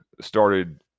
started